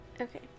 Okay